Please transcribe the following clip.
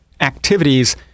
activities